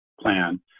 plan